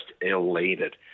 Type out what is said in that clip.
elated